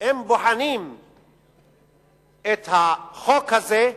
אם בוחנים את החוק הזה,